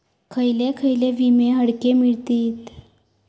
खयले खयले विमे हकडे मिळतीत?